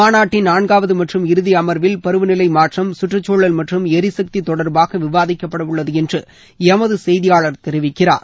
மாநாட்டின் நான்காவது மற்றம் இறுதி அமர்வில் பருவநிலை மாற்றம் சுற்றச்சுழல் மற்றம் எரிசக்தி தொடர்பாக விவாதிக்கப்படவுள்ளது என்று எமது செய்தியாளர் தெரிவிக்கிறார்